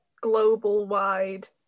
global-wide